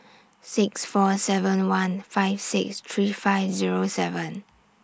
six four seven one five six three five Zero seven